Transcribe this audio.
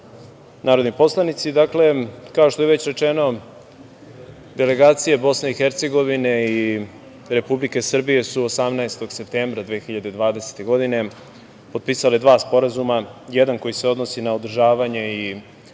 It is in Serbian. narodni poslanici, dakle, kao što je već rečeno, delegacija BiH i Republike Srbije, su 18. septembra 2020. godine potpisale dva Sporazuma, jedan koji se odnosi na održavanje i